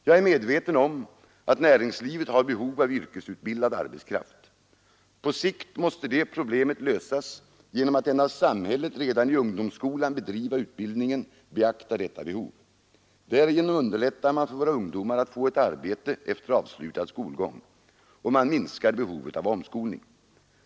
Jag är medveten om att näringslivet har behov av en yrkesutbildad arbetskraft. På sikt måste det problemet lösas genom att den av samhället redan i ungdomsskolan bedrivna utbildningen beaktar detta behov. Därigenom underlättar man för våra ungdomar att få ett arbete efter avslutad skolgång, och man minskar behovet av omskolning.